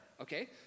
Okay